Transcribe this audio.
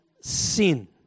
sin